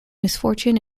misfortune